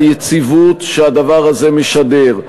היציבות שהדבר הזה משדר,